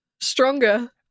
stronger